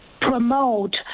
promote